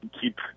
keep